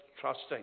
trusting